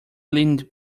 leaned